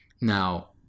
Now